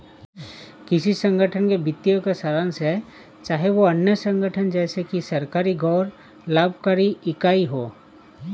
किसी संगठन के वित्तीय का सारांश है चाहे वह अन्य संगठन जैसे कि सरकारी गैर लाभकारी इकाई हो